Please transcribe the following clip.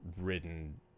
ridden